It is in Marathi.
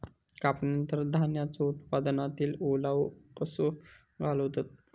कापणीनंतर धान्यांचो उत्पादनातील ओलावो कसो घालवतत?